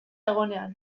egonean